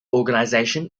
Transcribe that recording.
organisation